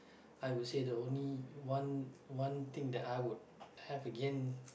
I would say the only one one thing that I would have again